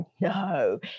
No